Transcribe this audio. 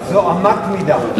זו אמת מידה.